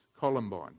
Columbine